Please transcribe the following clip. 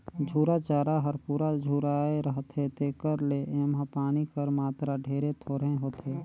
झूरा चारा हर पूरा झुराए रहथे तेकर ले एम्हां पानी कर मातरा ढेरे थोरहें होथे